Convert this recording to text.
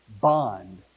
bond